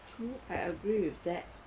true I agree with that